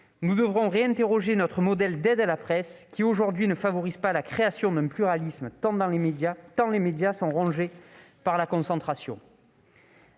nous devrons réinterroger notre modèle d'aide à la presse, qui, aujourd'hui, ne favorise pas la création d'un pluralisme, tant les médias sont rongés par la concentration.